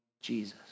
Jesus